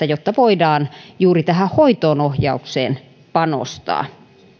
jotta voidaan juuri hoitoonohjaukseen panostaa